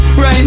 Right